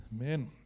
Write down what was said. Amen